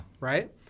Right